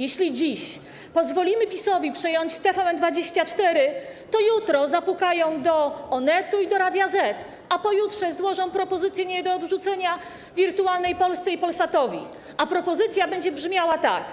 Jeśli dziś pozwolimy PiS-owi przejąć TVN24, to jutro zapukają do Onetu i do Radia ZET, a pojutrze złożą propozycję nie do odrzucenia Wirtualnej Polsce i Polsatowi, a propozycja będzie brzmiała tak: